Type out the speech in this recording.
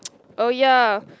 oh ya